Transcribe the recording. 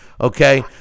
okay